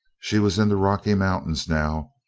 she was in the rocky mountains, now,